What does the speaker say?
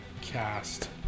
cast